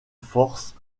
force